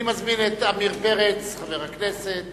אני מזמין את חבר הכנסת